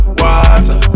water